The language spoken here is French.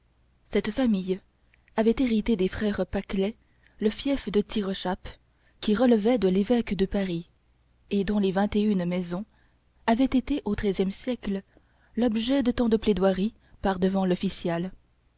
cette famille avait hérité des frères paclet le fief de tirechappe qui relevait de l'évêque de paris et dont les vingt une maisons avaient été au treizième siècle l'objet de tant de plaidoiries par-devant l'official